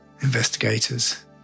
investigators